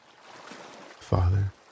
father